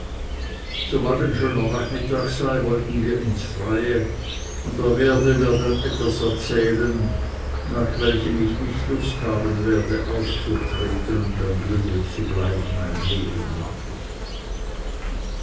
sobald ein schöner nachmittag sei wollten wir ins freie und er werde mir dann etwas erzählen nach welchem ich nicht lust haben werde auszutreten und ein lümmel zu bleiben mein leben lang